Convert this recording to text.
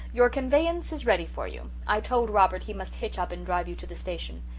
your conveyance is ready for you. i told robert he must hitch up and drive you to the station.